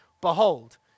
Behold